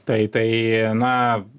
tai tai na